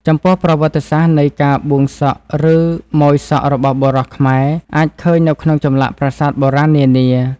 ចំពោះប្រវត្តិសាស្ត្រនៃការបួងសក់ឬម៉ូយសក់របស់បុរសខ្មែរអាចឃើញនៅក្នុងចម្លាក់ប្រាសាទបុរាណនានា។